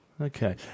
Okay